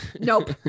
Nope